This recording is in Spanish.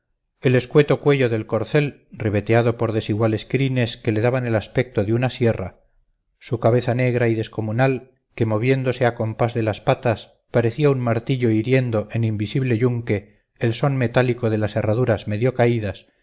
el escueto cuello del corcel ribeteado por desiguales crines que le daban el aspecto de una sierra su cabeza negra y descomunal que moviéndose a compás de las patas parecía un martillo hiriendo en invisible yunque el son metálico de las herraduras medio caídas